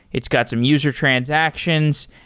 it's got some user transactions.